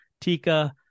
tika